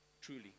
truly